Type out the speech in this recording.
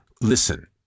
listen